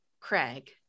Craig